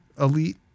Elite